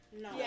No